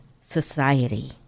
society